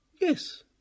Yes